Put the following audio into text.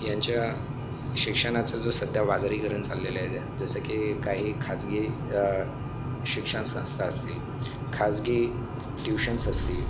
ह्यांच्या शिक्षनाचा जो सध्या बाजारीकरण चालेलं आहे जसं की काही खाजगी शिक्षणसंस्था असतील खाजगी ट्यूशन्स असतील